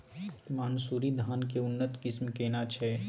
मानसुरी धान के उन्नत किस्म केना छै?